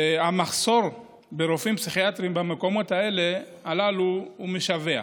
המחסור ברופאים פסיכיאטרים במקומות הללו הוא משווע.